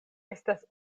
estas